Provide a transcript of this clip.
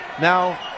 Now